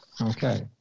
Okay